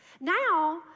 now